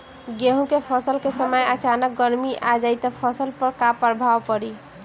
गेहुँ के फसल के समय अचानक गर्मी आ जाई त फसल पर का प्रभाव पड़ी?